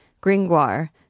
Gringoire